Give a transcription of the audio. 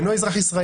ואינו אזרח ישראלי.